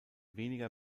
weniger